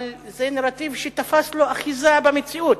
אבל זה נרטיב שתפס לו אחיזה במציאות.